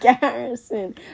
Garrison